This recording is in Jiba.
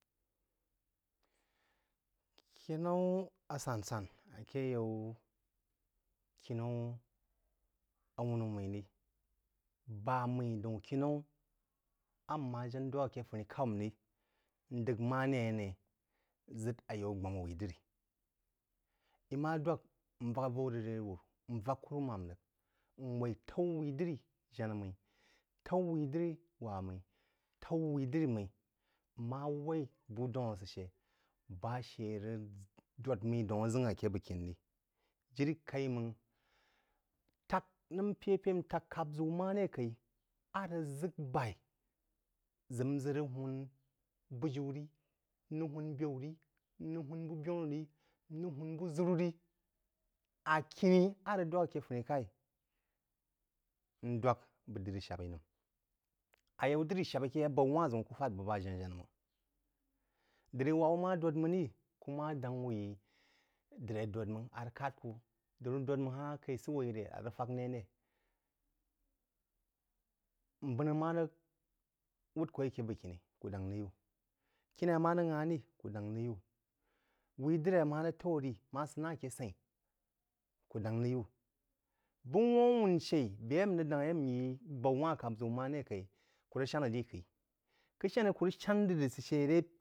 Kīnau a san san ake yau kinau rí awumú mmeí rí ba meí daun kimu amma jena jana dwak ake funí-kau maí rí n d’əg maré ane ʒəḍ ayaú gbamá wuí drí i ma dwak n vak avaú rəg ré wuru n vak kurumám rəg n waí taú wii dri janá mmeí, taú wií dri wá mmú, taú wii drí mmí, n má waí bú dáun a sə shə rəg dōd daun áʒ’əngh ake bəg kiní ní jiri kaí máng tak nəm pe-pe n tek kapʒeu mare kaí a ʒək b’ai ʒək n ʒak rəg hūn bùjiú rí, n rəg hūn by aú rí, n rəg hūn bəg b’ənu rí, n rəg hūn bəg-ʒəru rí á khuní a rəg dwak ake funí k’aí n dwak bəg drí shab-í nəm. Ayaú drí shab-í ke a baú wa-hn ʒəm kú fád bəg bá-jana janá máng. Drí wá wú mà dōd máy rí kú ma dáng wú whəin drí dōd máng. A rəg kád ku drí wú dōd hā-ak’ai sə wō rē? Á rəg fak né re? Mbəna má rəg wúd kō ri ake bəgkini, kú dáng rəg yí wú, wii dri má rəg taú ri, má sə na ake səin kú dáng ri yú, baú wah-n kap-ʒəu maré k’aí kú rəg shaná-dí khii